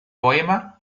poema